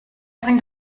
bringt